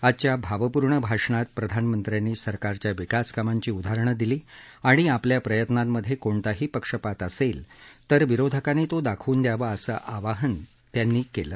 आजच्या भावपूर्ण भाषणात प्रधानमंत्र्यांनी सरकारच्या विकासकामांची उदाहरणं दिली आणि आपल्या प्रयत्नांमधे कोणताही पक्षपात असेल तर विरोधकांनी तो दाखवून द्यावा असं आव्हान त्यांनी दिलं